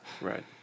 Right